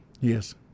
Yes